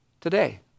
today